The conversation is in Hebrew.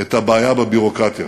את הבעיה בביורוקרטיה.